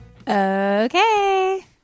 Okay